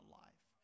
life